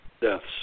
deaths